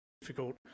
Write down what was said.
difficult